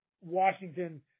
Washington